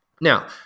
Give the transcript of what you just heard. Now